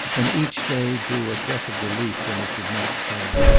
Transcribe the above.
and each day drew a breath of relief when it did not come.